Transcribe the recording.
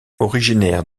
originaire